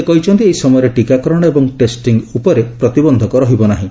ସେ କହିଛନ୍ତି ଏହି ସମୟରେ ଟିକାକରଣ ଏବଂ ଟେଷ୍ଟିଂ ଉପରେ ପ୍ରତିବକ୍ଷକ ରହିବ ନାହିଁ